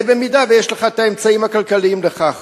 זה במידה שיש לך את האמצעים הכלכליים לכך.